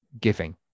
giving